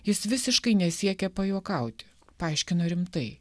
jis visiškai nesiekia pajuokaut paaiškino rimtai